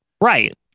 Right